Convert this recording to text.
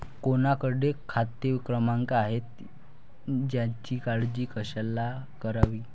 कोणाकडे खाते क्रमांक आहेत याची काळजी कशाला करावी